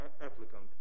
applicant